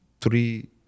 three